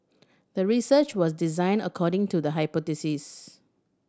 the research was designed according to the hypothesis